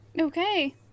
Okay